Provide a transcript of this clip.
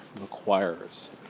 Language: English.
requires